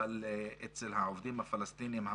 אבל אצל העובדים הפלסטינים,